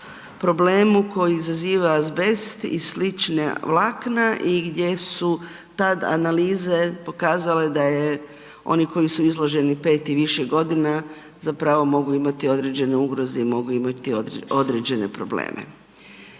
problemu koji izaziva azbest i slična vlakna i gdje su tad analize pokazale da je oni koji su izloženi 5 i više godina zapravo mogli imati određene ugroze i mogu imati određene probleme.